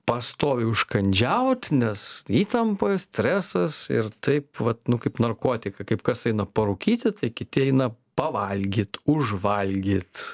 pastoviai užkandžiaut nes įtampoj stresas ir taip vat nu kaip narkotikai kaip kas eina parūkyti tai kiti eina pavalgyt užvalgyt